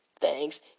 thanks